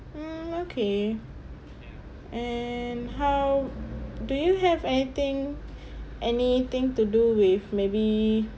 mm okay and how do you have anything anything to do with maybe